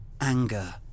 Anger